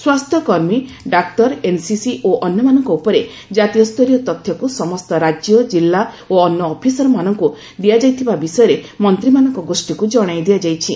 ସ୍ୱାସ୍ଥ୍ୟ କର୍ମୀ ଡାକ୍ତର ଏନ୍ସିସି ଓ ଅନ୍ୟମାନଙ୍କ ଉପରେ ଜାତୀୟ ସ୍ତରୀୟ ତଥ୍ୟକୁ ସମସ୍ତ ରାଜ୍ୟ ଜିଲ୍ଲା ଓ ଅନ୍ୟ ଅଫିରସମାନଙ୍କୁ ଦିଆଯାଇଥିବା ବିଷୟରେ ମନ୍ତ୍ରୀମାନଙ୍କ ଗୋଷ୍ଠୀକୁ ଜଣାଇ ଦିଆଯାଇଛି